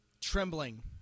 Trembling